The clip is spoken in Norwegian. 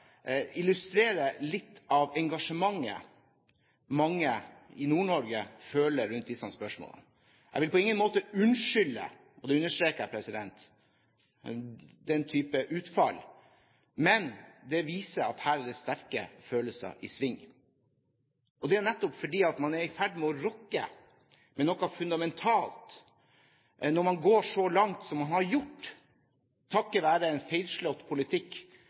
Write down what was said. illustrerer litt av engasjementet mange i Nord-Norge har rundt disse spørsmålene. Jeg vil på ingen måte unnskylde – det understreker jeg – den type utfall, men det viser at her er det sterke følelser i sving. Det er nettopp fordi man er i ferd med å rokke ved noe fundamentalt når man går så langt som man har gjort, takket være en feilslått politikk